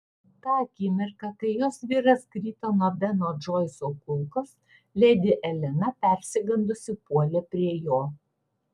tą akimirką kai jos vyras krito nuo beno džoiso kulkos ledi elena persigandusi puolė prie jo